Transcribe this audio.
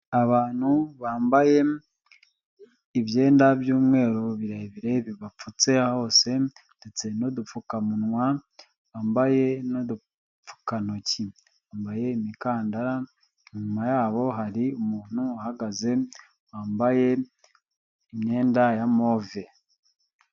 Abantu bambaye ibyenda by'umweru birebire bibapfutse hose ndetse n'udupfukamunwa bambaye n'udupfukantoki, bambaye imikandara inyuma yabo hari umuntu uhagaze wambaye imyenda ya move.